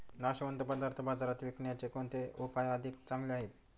नाशवंत पदार्थ बाजारात विकण्याचे कोणते उपाय अधिक चांगले आहेत?